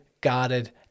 guarded